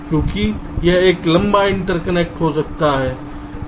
क्योंकि यह एक लंबा इंटरकनेक्ट हो सकता है